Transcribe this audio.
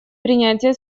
принятия